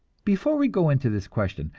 before we go into this question,